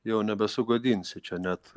jau nebesugadinsi čia net